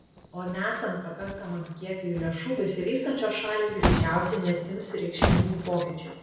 o nesant pakankamam kiekiui lėšų besivystančios šalys greičiausiai nesiims reikšmingų pokyčių